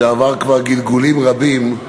שעבר כבר גלגולים רבים,